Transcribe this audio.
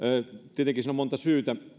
tietenkin siinä on monta syytä